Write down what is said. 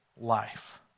life